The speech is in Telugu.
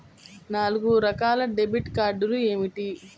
నాలుగు రకాల డెబిట్ కార్డులు ఏమిటి?